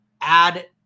add